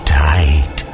tight